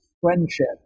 friendship